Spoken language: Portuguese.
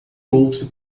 outro